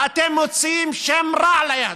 ואתם מוציאים שם רע ליהדות.